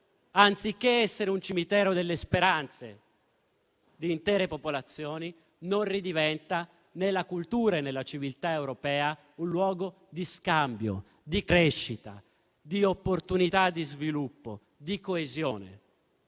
anziché essere un cimitero delle speranze di intere popolazioni, non ridiventa, nella cultura e nella civiltà europea, un luogo di scambio, di crescita, di opportunità di sviluppo e di coesione.